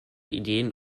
ideen